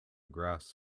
grass